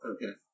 Okay